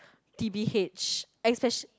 t_b_h especia~